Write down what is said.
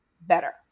better